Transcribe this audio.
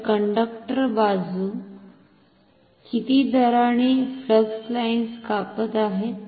तर कंडक्टर बाजू किती दराने फ्लक्स लाईन्स कापत आहेत